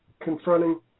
confronting